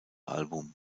album